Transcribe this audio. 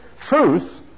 truth